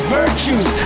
virtues